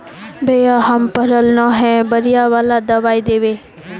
भैया हम पढ़ल न है बढ़िया वाला दबाइ देबे?